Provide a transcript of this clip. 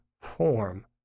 form